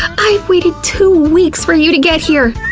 i've waited two weeks for you to get here.